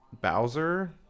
Bowser